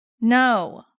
no